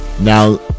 Now